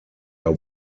are